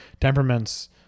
temperaments